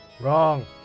Wrong